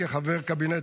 כחבר קבינט,